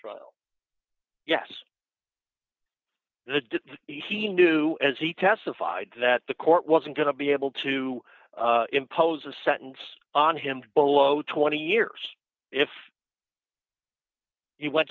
trial yes the did he knew as he testified that the court wasn't going to be able to impose a sentence on him below twenty years if you want